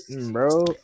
bro